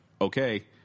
okay